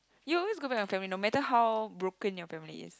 you always go back your family no matter how broken your family is